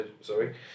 sorry